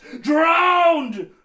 drowned